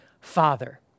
father